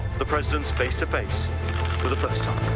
the presidents face-to-face for the first time.